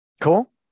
Cool